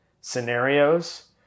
scenarios